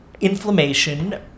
inflammation